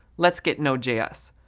let's get node js.